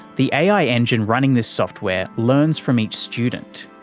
the ai engine running this software learns from each student,